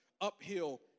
uphill